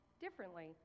differently